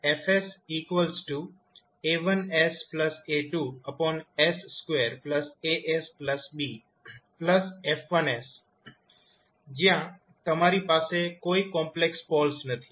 પ્રથમ છે F A1S A2s2 as b F1 જ્યાં તમારી પાસે કોઈ કોમ્પ્લેક્સ પોલ્સ નથી